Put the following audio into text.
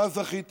במה זכית